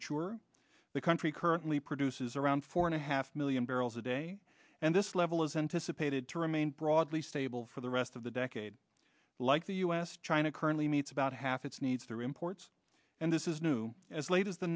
mature the country currently produces around four and a half million barrels a day and this level isn't dissipated to remain broadly stable for the rest of the decade like the us china currently meets about half its needs through imports and this is new as late as the